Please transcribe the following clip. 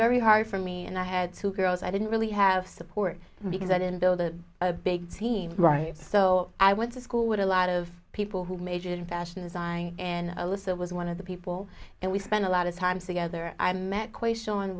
very hard for me and i had two girls i didn't really have support because i didn't build the a big team right so i went to school with a lot of people who majored in fashion design and alyssa was one of the people and we spent a lot of time together i met